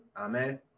amen